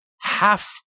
half